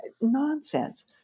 Nonsense